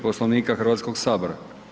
Poslovnika Hrvatskog sabora.